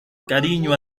cariño